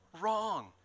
wrong